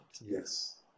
Yes